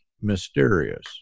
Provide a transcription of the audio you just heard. mysterious